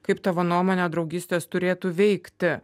kaip tavo nuomone draugystės turėtų veikti